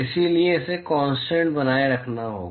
इसलिए इसे कॉंसटेंट बनाए रखना होगा